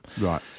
Right